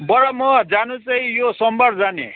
बडा म जानु चाहिँ यो सोमवार जाने